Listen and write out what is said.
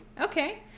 Okay